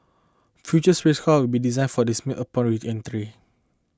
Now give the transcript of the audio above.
future spacecraft will be design for demise upon reentry